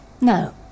No